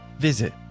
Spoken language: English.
Visit